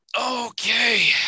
okay